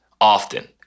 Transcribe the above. often